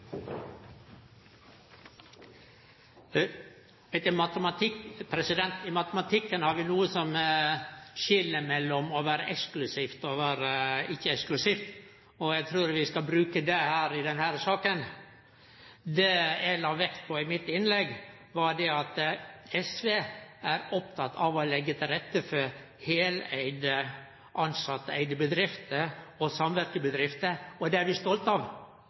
vi heller mase mer om skatt og avgifter. I matematikken har vi noko som skil mellom å vere eksklusivt og ikkje eksklusivt, og eg trur vi skal bruke det i denne saka. Det eg la vekt på i innlegget mitt, var at SV er oppteke av å leggje til rette for heileigde, tilsetteeigde bedrifter og samvirkebedrifter, og det er vi stolte av.